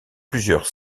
plusieurs